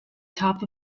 top